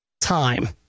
time